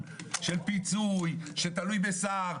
של פיצוי שתלוי בשר?